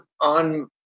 on